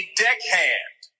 deckhand